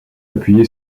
appuyé